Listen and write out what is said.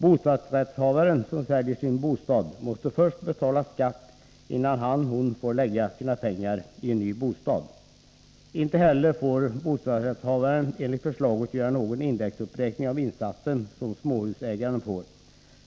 Bostadsrättshavaren, som säljer sin bostad, måste först betala skatt, innan han/hon får lägga sina pengar i en ny bostad. Inte heller får bostadsrättshavaren enligt förslaget göra någon indexuppräkning av insatsen, som småhusägaren får.